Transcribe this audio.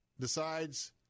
decides